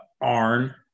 Arn